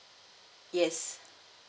yes